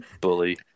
bully